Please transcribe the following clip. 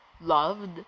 loved